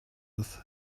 earth